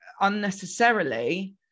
unnecessarily